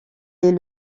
est